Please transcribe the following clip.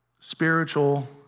spiritual